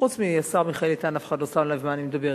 חוץ מהשר מיכאל איתן אף אחד לא שם לב מה אני מדברת,